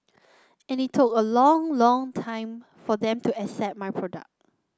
and it look a long long time for them to accept my product